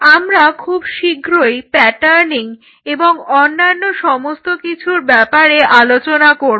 আমরা খুব শীঘ্রই প্যাটার্নিং এবং অন্যান্য সমস্ত কিছুর ব্যাপারে আলোচনা করব